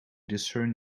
discern